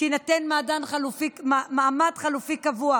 שיינתן מעמד חלופי קבוע.